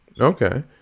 okay